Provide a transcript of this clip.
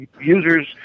users